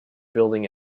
building